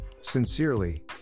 sincerely